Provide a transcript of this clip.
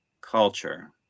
culture